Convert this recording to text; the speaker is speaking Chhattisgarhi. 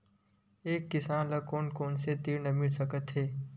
एक किसान ल कोन कोन से ऋण मिल सकथे?